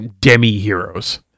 demi-heroes